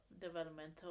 developmental